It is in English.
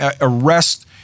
arrest